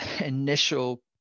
initial